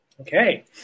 Okay